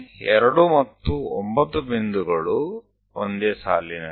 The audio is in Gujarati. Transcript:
તે જ રીતે 2 અને 9 બિંદુઓ એક જ લીટી પર છે